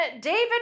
David